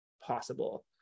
possible